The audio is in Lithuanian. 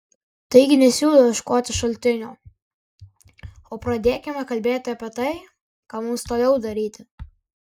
taigi nesiūlau ieškoti šaltinio o pradėkime kalbėti apie tai ką mums toliau daryti